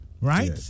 Right